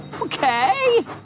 Okay